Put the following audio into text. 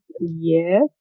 yes